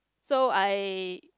so I